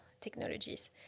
technologies